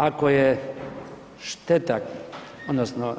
Ako je šteta odnosno